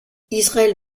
israël